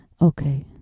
Okay